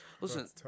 Listen